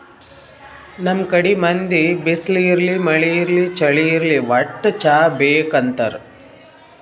ನಮ್ ಕಡಿ ಮಂದಿ ಬಿಸ್ಲ್ ಇರ್ಲಿ ಮಳಿ ಇರ್ಲಿ ಚಳಿ ಇರ್ಲಿ ವಟ್ಟ್ ಚಾ ಬೇಕ್ ಅಂತಾರ್